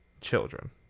children